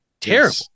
Terrible